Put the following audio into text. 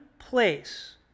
Place